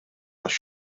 għax